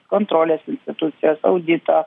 kontrolės institucijos audito